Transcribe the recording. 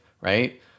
Right